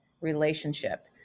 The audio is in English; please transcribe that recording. relationship